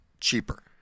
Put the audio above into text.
cheaper